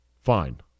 Fine